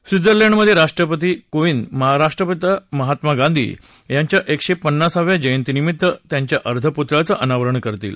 स्वित्झर्लँडमध्ये राष्ट्रपती कोविंद राष्ट्रपिता महात्मा गांधी यांच्या एकशे पन्नासाव्या जयंतीनिमित्त त्यांच्या अर्धपुतळ्याचं अनावरण करतील